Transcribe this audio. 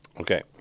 okay